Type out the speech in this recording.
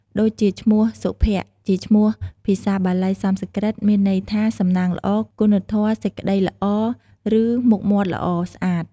ដូចជាឈ្មោះ សុភ័ក្រ្ត ជាពាក្យភាសាបាលីសំស្ក្រឹតមានន័យថា សំណាងល្អ គុណធម៌ សេចក្ដីល្អ ឬមុខមាត់ល្អស្អាត។